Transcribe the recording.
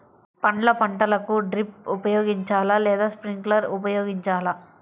పండ్ల పంటలకు డ్రిప్ ఉపయోగించాలా లేదా స్ప్రింక్లర్ ఉపయోగించాలా?